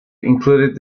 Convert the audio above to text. included